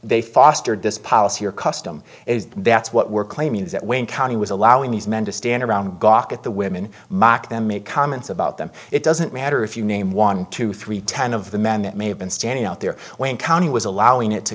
they fostered this policy or custom is that's what we're claiming is that wayne county was allowing these men to stand around gawked at the women mock them make comments about them it doesn't matter if you name one two three ten of the men that may have been standing out there when county was allowing it to